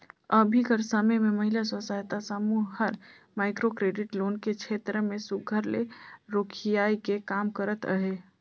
अभीं कर समे में महिला स्व सहायता समूह हर माइक्रो क्रेडिट लोन के छेत्र में सुग्घर ले रोखियाए के काम करत अहे